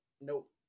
Nope